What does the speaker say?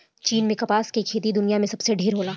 चीन में कपास के खेती दुनिया में सबसे ढेर होला